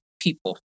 people